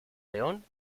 león